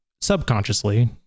subconsciously